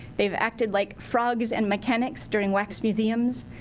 they've acted like frogs and mechanics during wax museums.